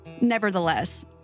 Nevertheless